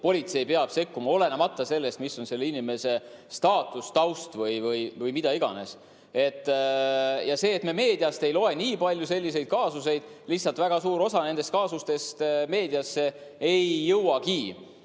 politsei peab sekkuma, olenemata sellest, mis on selle inimese staatus, taust või mida iganes. See, et me meediast ei loe nii palju selliste kaasuste kohta, [tuleb sellest, et] lihtsalt väga suur osa nendest kaasustest meediasse ei jõuagi.